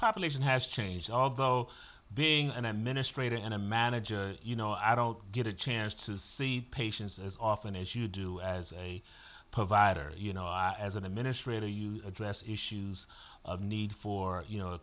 population has changed although being an administrator's and a manager you know i don't get a chance to see patients as often as you do as a provider you know i as an administrator you address issues of need for you know